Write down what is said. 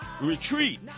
retreat